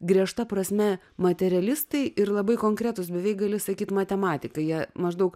griežta prasme materialistai ir labai konkretūs beveik gali sakyt matematikai jie maždaug